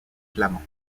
flament